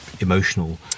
Emotional